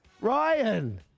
Ryan